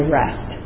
rest